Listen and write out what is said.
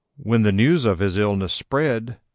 when the news of his illness spread,